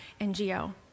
NGO